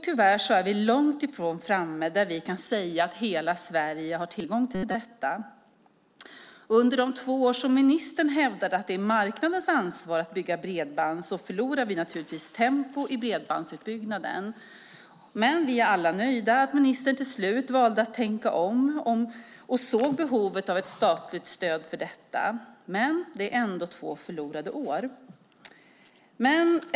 Tyvärr är vi långt ifrån framme där vi kan säga att hela Sverige har tillgång till detta. Under de två år som ministern hävdade att det är marknadens ansvar att bygga bredband förlorade vi naturligtvis tempo i bredbandsutbyggnaden. Vi är alla nöjda med att ministern till slut valde att tänka om och såg behovet av ett statligt stöd för detta, men det är ändå två förlorade år.